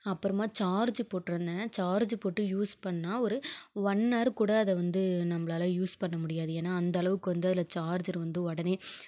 அப்புறமா சார்ஜு போட்டிருந்தேன் சார்ஜு போட்டு யூஸ் பண்ணால் ஒரு ஒன் ஆர் கூட அது வந்து நம்மளால யூஸ் பண்ண முடியாது ஏன்னால் அந்த அளவுக்கு வந்து அதில் சார்ஜரு வந்து உடனே